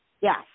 Yes